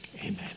Amen